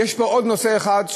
יש פה עוד נושא אחד,